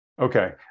Okay